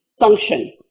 function